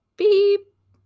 Beep